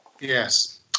yes